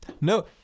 No